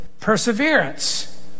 perseverance